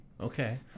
okay